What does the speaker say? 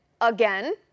again